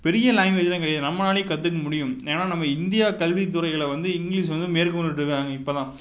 பெரிய லாங்வேஜ்லாம் கிடையாது நம்மளாலையும் கற்றுக்க முடியும் ஏனால் நம்ம இந்தியா கல்வித்துறைகளை வந்து இங்கிலீஷ் வந்து மேற்கொண்டுட்டிருக்காங்க இப்போதான்